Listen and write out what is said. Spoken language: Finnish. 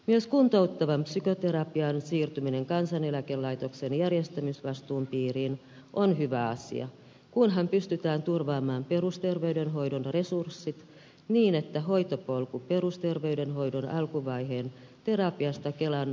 myös kuntouttavan psykoterapian siirtyminen kansaneläkelaitoksen järjestämisvastuun piiriin on hyvä asia kunhan pystytään turvaamaan perusterveydenhoidon resurssit niin että hoitopolku perusterveydenhoidon alkuvaiheen terapiasta kelan psykoterapiaan toimii